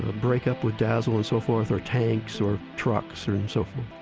ah breakup with dazzle and so forth or tanks or trucks or and so forth